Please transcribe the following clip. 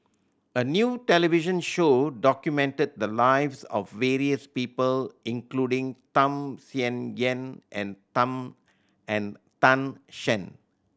a new television show documented the lives of various people including Tham Sien Yen and Tan and Tan Shen